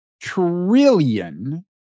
trillion